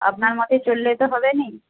আপনার মতে চললে তো হবে না